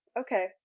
okay